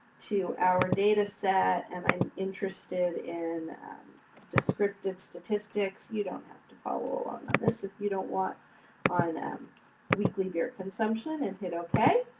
to our data set and i'm interested in descriptive statistics you don't have to follow along on this if you don't want on weekly beer consumption and hit okay.